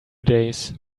days